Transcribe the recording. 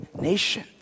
nation